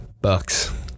Bucks